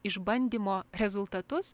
išbandymo rezultatus